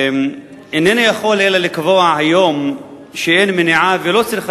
אינני יכול אלא לקבוע היום שאין מניעה ולא צריכה